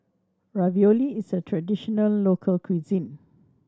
ravioli is a traditional local cuisine